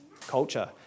culture